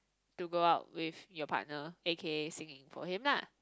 to go out with your partner A_K singing for him lah